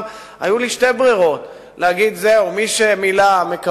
היו לי שתי אפשרויות: להגיד שזהו, מי שמילא, מקבל,